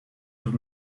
los